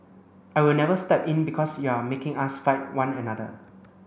I will never step in because you are making us fight one another